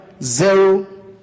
zero